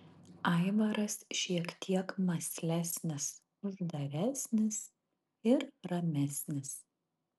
aivaras šiek tiek mąslesnis uždaresnis ir ramesnis